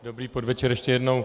Dobrý podvečer ještě jednou.